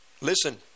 Listen